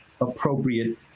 appropriate